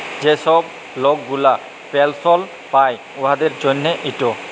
যে ছব লক গুলা পেলসল পায় উয়াদের জ্যনহে ইট